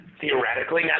theoretically